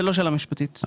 זה לא שאלה משפטית.